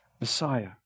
Messiah